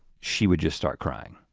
she would just start crying.